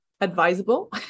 Advisable